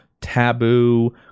Taboo